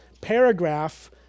paragraph